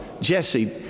Jesse